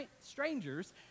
strangers